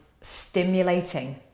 stimulating